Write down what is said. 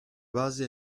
base